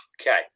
Okay